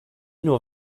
nur